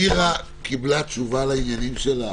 מירה קיבלה תשובה לעניינים שלה.